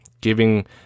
giving